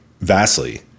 vastly